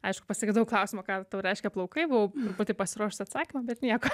aišku pasigedau klausimo ką tau reiškia plaukai buvau pati pasiruošus atsakymą bet nieko